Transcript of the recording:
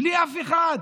בלי אף אחד?